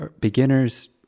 beginners